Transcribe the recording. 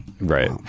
right